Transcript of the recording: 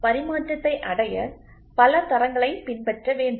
பரிமாற்றத்தை அடைய பல தரங்களை பின்பற்ற வேண்டும்